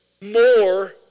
more